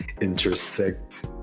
intersect